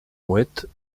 mouettes